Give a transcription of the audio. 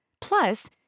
Plus